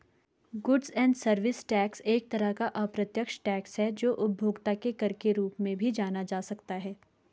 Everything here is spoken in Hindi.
गुड्स एंड सर्विस टैक्स एक तरह का अप्रत्यक्ष टैक्स है जो उपभोक्ता कर के रूप में भी जाना जा सकता है